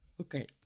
Okay